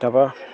তাৰপৰা